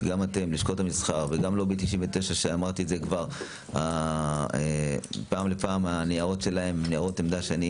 גם עם לשכות המסחר וגם לובי 99 שמדי פעם אני משתמש בניירות העמדה שלהם